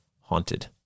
haunted